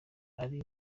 ari